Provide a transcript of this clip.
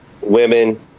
women